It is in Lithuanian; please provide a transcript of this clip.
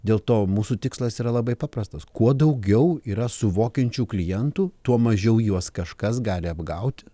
dėl to mūsų tikslas yra labai paprastas kuo daugiau yra suvokiančių klientų tuo mažiau juos kažkas gali apgauti